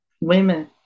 Women